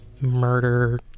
Murder